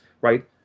right